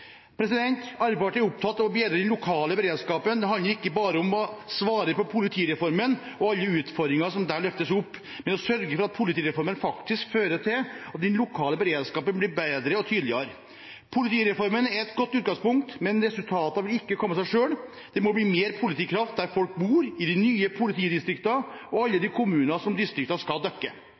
handler ikke bare om å svare på politireformen og alle utfordringene som der løftes opp, men å sørge for at politireformen faktisk fører til at den lokale beredskapen blir bedre og tydeligere. Politireformen er et godt utgangspunkt, men resultatene vil ikke komme av seg selv. Det må bli mer politikraft der folk bor, i de nye politidistriktene og i alle de kommunene som distriktene skal dekke.